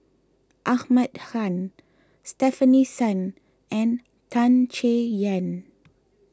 Ahmad Khan Stefanie Sun and Tan Chay Yan